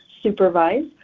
supervise